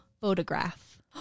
photograph